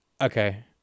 okay